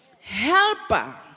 helper